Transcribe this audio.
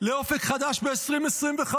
לאופק חדש ב-2025.